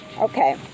Okay